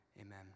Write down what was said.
amen